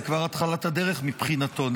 זה רק תחילת הדרך מבחינתו,